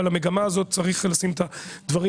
אבל המגמה הזאת צריך לשים את הדברים